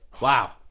Wow